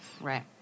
Right